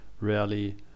rarely